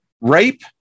rape